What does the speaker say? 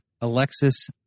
Alexis